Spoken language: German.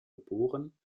geboren